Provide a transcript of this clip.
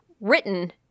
written